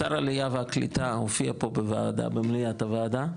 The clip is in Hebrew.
שר העליה והקליטה הופיע פה במליאת הוועדה,